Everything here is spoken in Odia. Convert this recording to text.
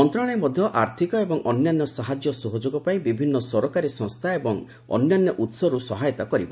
ମନ୍ତ୍ରଣାଳୟ ମଧ୍ୟ ଆର୍ଥିକ ଏବଂ ଅନ୍ୟାନ୍ୟ ସାହାଯ୍ୟ ସହଯୋଗ ପାଇଁ ବିଭିନ୍ନ ସରକାରୀ ସଂସ୍ଥା ଏବଂ ଅନ୍ୟାନ୍ୟ ଉତ୍ସରୁ ସହାୟତା କରିବ